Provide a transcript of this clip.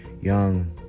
young